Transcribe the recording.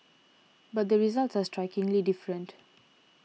but the results are strikingly different